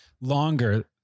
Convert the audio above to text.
longer